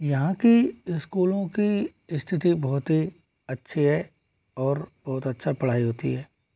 यहाँ की स्कूलों की स्थिति बहुत ही अच्छी है और बहुत अच्छा पढ़ाई होती है